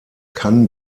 kann